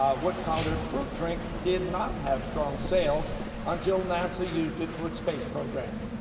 um what powdered fruit drink did not have strong sales until nasa used it for its space program?